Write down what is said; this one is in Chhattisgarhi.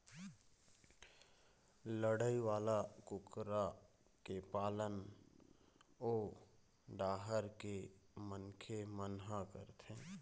लड़ई वाला कुकरा के पालन ओ डाहर के मनखे मन ह करथे